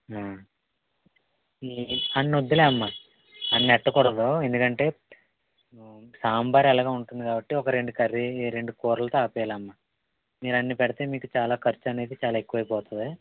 ఈ అన్ని వద్దులెమ్మా అన్ని పెట్టకూడదు ఎందుకంటే సాంబారు ఎలాగో ఉంటుంది కాబట్టి ఒక రెండు కర్రీ రెండు కూరలతో ఆపేయాలమ్మా మీరు అన్ని పెడితే మీకు చాలా ఖర్చు అనేది చాలా ఎక్కువైపోతుంది